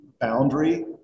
boundary